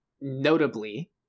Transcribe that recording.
notably